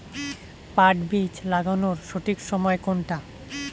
পাট বীজ লাগানোর সঠিক সময় কোনটা?